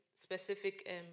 specific